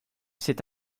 c’est